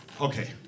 Okay